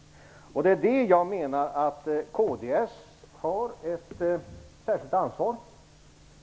Jag menar att kds har ett särskilt ansvar.